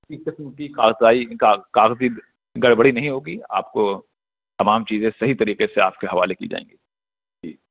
کسی قسم کی کاغذائی کاغذی گڑبڑی نہیں ہوگی آپ کو تمام چیزیں صحیح طریقے سے آپ کے حوالے کی جائیں گی جی